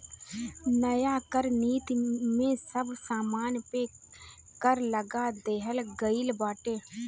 नया कर नीति में सब सामान पे कर लगा देहल गइल बाटे